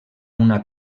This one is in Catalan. una